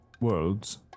worlds